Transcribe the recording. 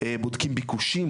בודקים ביקושים,